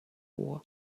war